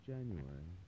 January